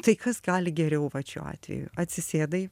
tai kas gali geriau vat šiuo atveju atsisėdai